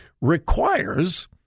requires